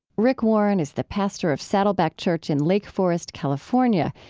rick warren is the pastor of saddleback church in lake forest, california,